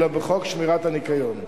אלא בחוק שמירת הניקיון.